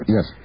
Yes